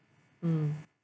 mm